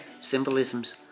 symbolisms